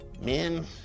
Men